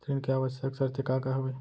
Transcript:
ऋण के आवश्यक शर्तें का का हवे?